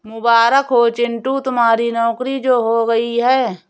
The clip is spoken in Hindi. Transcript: मुबारक हो चिंटू तुम्हारी नौकरी जो हो गई है